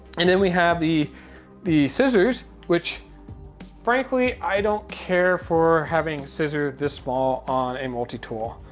and then we have the the scissors, which frankly, i don't care for having scissors this small on a multi-tool.